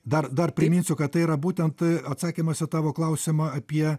dar dar priminsiu kad tai yra būtent atsakymas į tavo klausimą apie